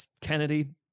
Kennedy